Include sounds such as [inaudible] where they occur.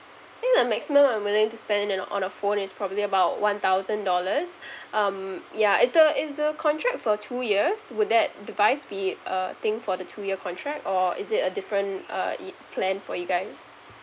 I think the maximum I'm willing to spend and on a phone is probably about one thousand dollars [breath] um yeah is the is the contract for two years would that device be a thing for the two year contract or is it a different uh it plan for you guys